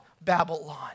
Babylon